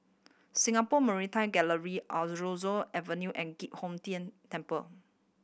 Singapore Maritime Gallery Aroozoo Avenue and Giok Hong Tian Temple